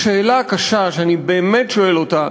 השאלה הקשה, שאני באמת שואל אותה,